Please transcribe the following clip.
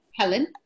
Helen